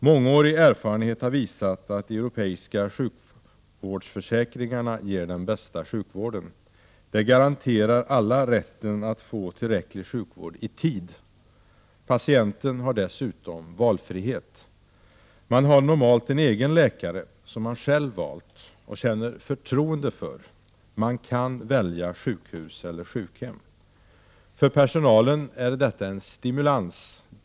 Mångårig erfarenhet har visat att de europeiska sjukvårdsförsäkringarna ger den bästa sjukvården. De garanterar alla rätten att få tillräcklig sjukvård i tid. Patienten har dessutom valfrihet. Man har normalt en egen läkare, som man själv valt och känner förtroende för. Man kan välja sjukhus eller sjukhem. För personalen är detta en stimulans.